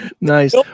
Nice